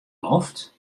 loft